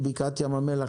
בקעת ים המלח,